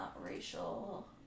racial